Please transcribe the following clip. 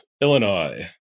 Illinois